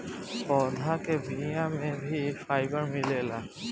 पौधा के बिया में भी फाइबर मिलेला